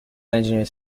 engineers